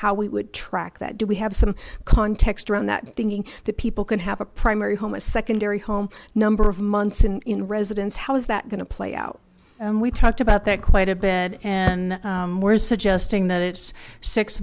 how we would track that do we have some context around that thinking that people can have a primary home a secondary home number of months in residence how is that going to play out and we talked about that quite a bit and we're suggesting that it's six